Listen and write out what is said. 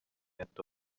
حتی